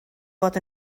fod